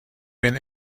been